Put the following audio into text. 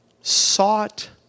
sought